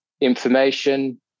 information